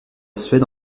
suède